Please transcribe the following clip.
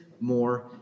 more